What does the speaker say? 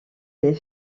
des